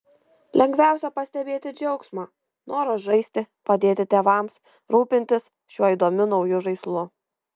lengviausia pastebėti džiaugsmą norą žaisti padėti tėvams rūpintis šiuo įdomiu nauju žaislu